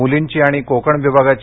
मुलींची आणि कोकण विभागाची